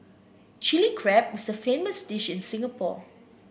Chilli Crab is a famous dish in Singapore